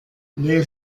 les